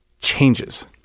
changes